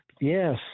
Yes